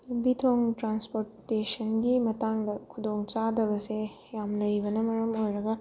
ꯂꯝꯕꯤ ꯊꯣꯡ ꯇ꯭ꯔꯥꯟꯁꯄꯣꯔꯠꯇꯦꯁꯟꯒꯤ ꯃꯇꯥꯡꯗ ꯈꯨꯗꯣꯡ ꯆꯥꯗꯕꯁꯦ ꯌꯥꯝ ꯂꯩꯕꯅ ꯃꯔꯝ ꯑꯣꯏꯔꯒ